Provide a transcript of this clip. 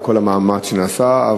על כל המאמץ שנעשה,